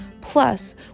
Plus